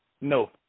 No